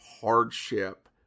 hardship